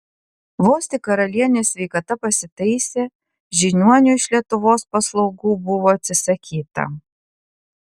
vos tik karalienės sveikata pasitaisė žiniuonių iš lietuvos paslaugų buvo atsisakyta